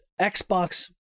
Xbox